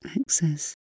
access